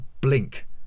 blink